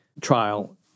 trial